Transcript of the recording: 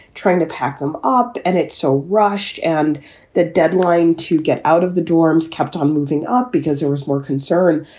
trying to pack them up and it's so rushed. and that deadline to get out of the dorms kept on moving up because there was more concern.